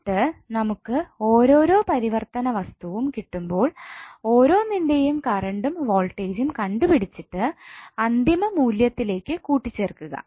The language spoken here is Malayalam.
എന്നിട്ട് നമുക്ക് ഓരോരോ പരിവർത്തിതവസ്തുവും കിട്ടുമ്പോൾ ഓരോന്നിന്റെയും കറണ്ടും വോൾട്ടേജും കണ്ടുപിടിച്ചിട്ടു അന്തിമ മൂല്യത്തിലേക്കൂട്ടിച്ചേർക്കുക